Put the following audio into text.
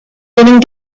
raining